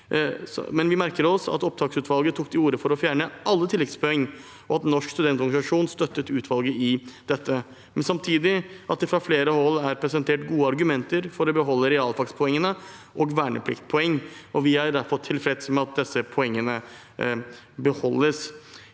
men vi merker oss at opptaksutvalget tok til orde for å fjerne alle tilleggspoeng, og at Norsk studentorganisasjon støttet utvalget i dette. Samtidig er det fra flere hold presentert gode argumenter for å beholde realfagspoengene og vernepliktpoeng. Vi er derfor tilfreds med at disse poengene beholdes.